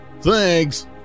Thanks